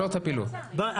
בשעות הפעילות, נכון.